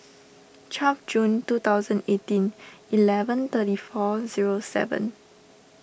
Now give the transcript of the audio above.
twelve June two thousand eighteen eleven thirty four zero seven